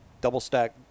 double-stack